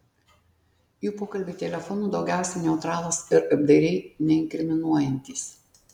jų pokalbiai telefonu daugiausiai neutralūs ir apdairiai neinkriminuojantys